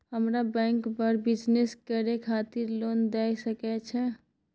हमरा बैंक बर बिजनेस करे खातिर लोन दय सके छै?